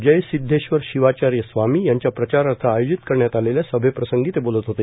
जयसिद्धेश्वर शिवाचार्य स्वामी यांच्या प्रचारार्थ आयोजित करण्यात आलेल्या सभेप्रसंगी ते बोलत होते